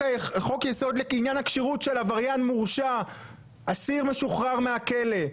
חוק יסוד לעניין הכשירות של עבריין מורשע אסיר משוחרר מהכלא,